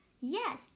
Yes